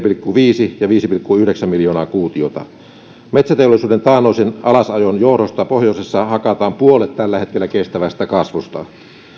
pilkku viisi ja viisi pilkku yhdeksän miljoonaa kuutiota metsäteollisuuden taannoisen alasajon johdosta pohjoisessa hakataan tällä hetkellä puolet kestävästä kasvusta